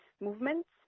movements